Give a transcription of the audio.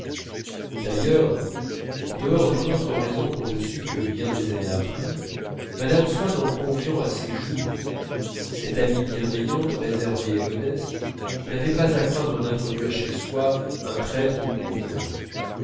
d'ailleurs en dehors d'une autre raison qu'on ne sut que bien des années après mme swann en conviant cette amie bienveillante réservée et modeste n'avait pas craint d'introduire chez soi à ses jours brillants un traître ou une concurrente